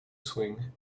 swing